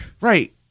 Right